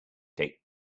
take